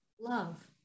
love